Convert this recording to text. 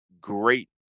great